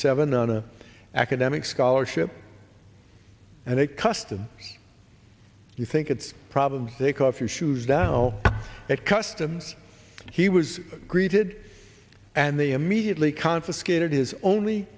a academic scholarship and it custom you think it's probably take off your shoes tao at customs he was greeted and they immediately confiscated his only